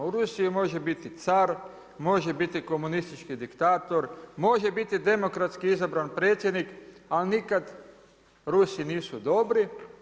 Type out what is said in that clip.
U Rusiji može biti car, može biti komunistički diktator, može biti demokratski izabran predsjednik, ali nikad Rusi nisu dobri.